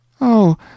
Oh